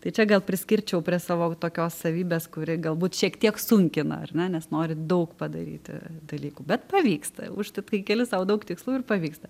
tai čia gal priskirčiau prie savo tokios savybės kuri galbūt šiek tiek sunkina ar ne nes nori daug padaryti dalykų bet pavyksta užtat kai keli sau daug tikslų ir pavyksta